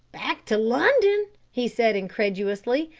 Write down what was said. back to london? he said incredulously.